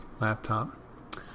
laptop